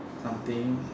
something